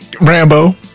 Rambo